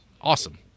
awesome